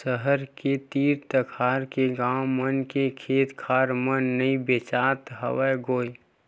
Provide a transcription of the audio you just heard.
सहर के तीर तखार के गाँव मन के खेत खार मन नइ बाचत हवय गोय